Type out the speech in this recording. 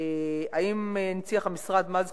האם הנציח המשרד מאז